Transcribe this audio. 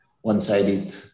one-sided